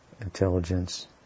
intelligence